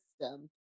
system